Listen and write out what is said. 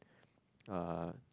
uh